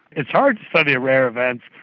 it's hard to study rare events,